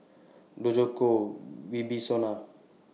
Djoko Wibisono